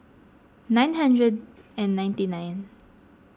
nine hundred and ninety nine